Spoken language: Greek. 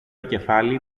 κεφάλι